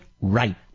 right